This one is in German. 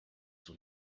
zur